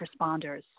responders